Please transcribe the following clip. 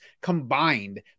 combined